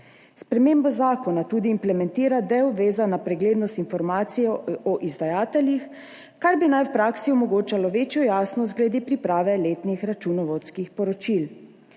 Sprememba zakona implementira tudi del, vezan na preglednost informacij o izdajateljih, kar naj bi v praksi omogočalo večjo jasnost glede priprave letnih računovodskih poročil.